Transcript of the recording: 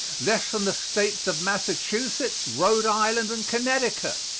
less than the states of massachusetts, rhode island and connecticut.